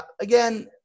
Again